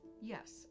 Yes